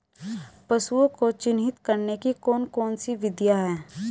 पशुओं को चिन्हित करने की कौन कौन सी विधियां हैं?